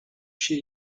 she